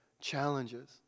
challenges